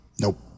Nope